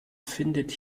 findet